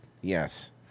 Yes